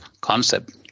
concept